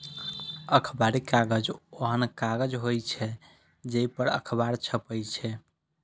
अखबारी कागज ओहन कागज होइ छै, जइ पर अखबार छपै छै